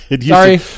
Sorry